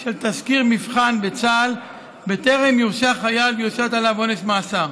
של תסקיר מבחן בצה"ל בטרם יורשע חייל ויושת עליו עונש מאסר.